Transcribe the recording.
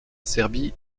serbie